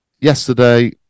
Yesterday